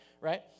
right